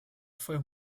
fue